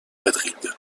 madrid